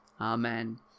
Amen